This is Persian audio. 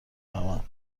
اومد